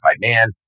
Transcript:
man